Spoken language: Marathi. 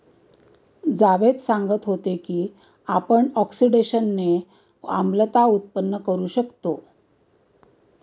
जावेद सांगत होते की आपण ऑक्सिडेशनने आम्लता उत्पन्न करू शकतो